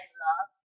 love